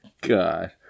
God